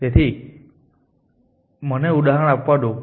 તેથી મને ઉદાહરણ આપવા દો